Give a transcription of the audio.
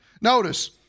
notice